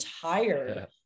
tired